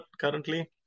currently